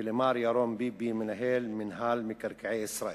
ולמר ירון ביבי, מנהל מינהל מקרקעי ישראל: